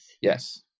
Yes